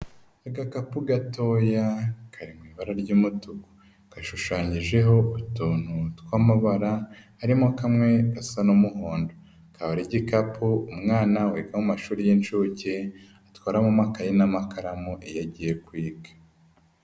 Agakapu gatoya kari mu ibara ry'umutuku kashushanyijeho utuntu tw'amabara harimo kamwe gasa n'umuhondo akaba ari igikapo umwana wiga w'amashuri y'inshuke atwaramo amakaye n'amakaramu iyo agiye kwiga.